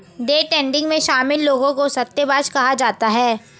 day trading में शामिल लोगों को सट्टेबाज कहा जाता है